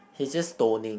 he just stoning